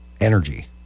energy